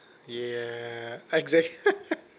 yeah exact